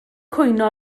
cwyno